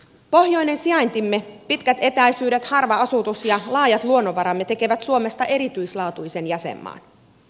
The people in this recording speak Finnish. pohjoinen sijaintimme pitkät etäisyydet harva asutus ja laajat luonnonvaramme tekevät suomesta erityislaatuisen jäsenmaan